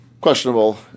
questionable